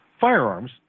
firearms